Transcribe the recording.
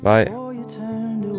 Bye